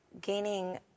gaining